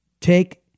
take